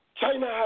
China